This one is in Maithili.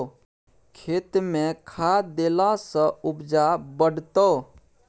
खेतमे खाद देलासँ उपजा बढ़तौ